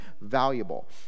valuable